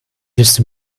just